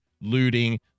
Looting